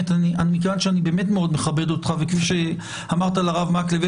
מכיוון שאני מאוד מכבד אותך וכפי שאמרת לרב מקלב,